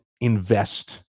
invest